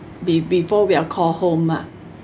be~ before we are called home ah